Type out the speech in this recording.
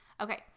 Okay